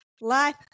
Life